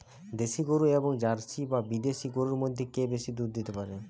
দেশী গরু এবং জার্সি বা বিদেশি গরু মধ্যে কে বেশি দুধ দিতে পারে?